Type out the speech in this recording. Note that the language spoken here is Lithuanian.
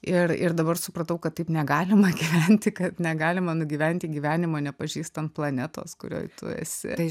ir ir dabar supratau kad taip negalima gyventi kad negalima nugyventi gyvenimo nepažįstant planetos kurioj tu esi